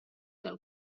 del